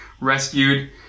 rescued